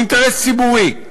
הוא אינטרס ציבורי.